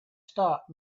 stop